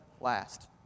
last